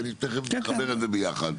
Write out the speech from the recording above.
ותכף נחבר את זה ביחד.